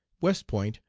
west point,